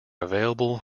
available